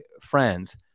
friends